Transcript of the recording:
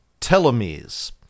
telomeres